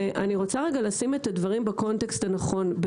ואני רוצה רגע לשים את הדברים בקונטקסט הנכון,